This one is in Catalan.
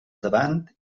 davant